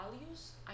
values